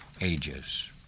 ages